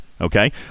okay